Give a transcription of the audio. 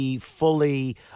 fully